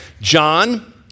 john